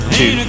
two